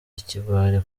ikigwari